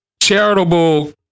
Charitable